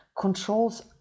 controls